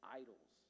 idols